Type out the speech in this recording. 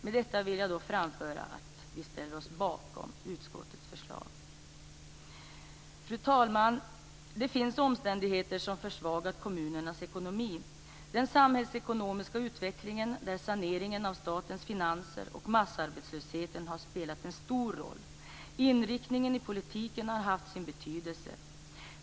Med detta vill jag framföra att vi ställer oss bakom utskottets förslag. Fru talman! Det finns omständigheter som försvagat kommunernas ekonomi. Den samhällsekonomiska utvecklingen, där sanering av statens finanser och massarbetslösheten har spelat en stor roll, och inriktningen i politiken har haft sin betydelse.